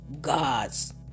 God's